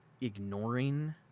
ignoring